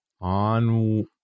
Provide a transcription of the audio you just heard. On